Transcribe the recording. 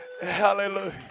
Hallelujah